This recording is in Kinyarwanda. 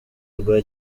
rwa